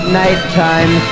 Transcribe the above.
nighttime